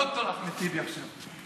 ד"ר אחמד טיבי עכשיו.